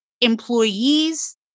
employees